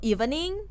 Evening